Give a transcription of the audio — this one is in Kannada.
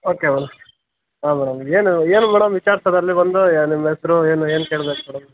ಓಕೆ ಮೇಡಮ್ ಹಾಂ ಮೇಡಮ್ ಏನು ಏನು ಮೇಡಮ್ ವಿಚಾರ್ಸೋದು ಅಲ್ಲಿ ಬಂದು ಏ ನಿಮ್ಮ ಹೆಸ್ರು ಏನು ಏನು ಕೇಳ್ಬೇಕು ಮೇಡಮ್